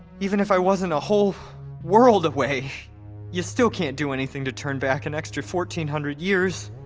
even if i wasn't a whole world away ya still can't do anything to turn back an extra fourteen hundred years.